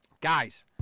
Guys